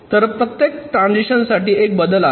तर प्रत्येक ट्रान्झिशन साठी एक बदल आहे